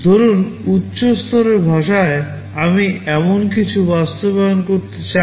ধরুন high level ভাষা এ আমি এরকম কিছু বাস্তবায়ন করতে চাই